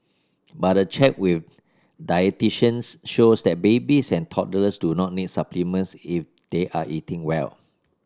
but a check with dietitians shows that babies and toddlers do not need supplements if they are eating well